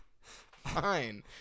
Fine